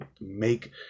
make